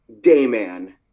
Dayman